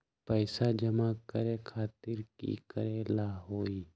पैसा जमा करे खातीर की करेला होई?